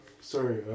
sorry